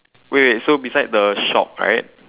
wait wait so beside the shop right